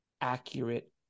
accurate